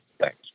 Thanks